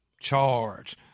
charge